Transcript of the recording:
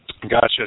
Gotcha